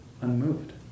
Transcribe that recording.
unmoved